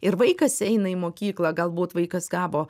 ir vaikas eina į mokyklą galbūt vaikas gavo